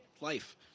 Life